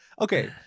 okay